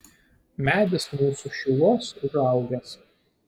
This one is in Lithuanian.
medis mūsų šiluos užaugęs